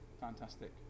Fantastic